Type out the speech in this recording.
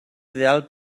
ideal